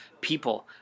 people